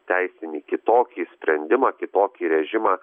teisinį kitokį sprendimą kitokį režimą